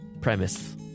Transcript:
premise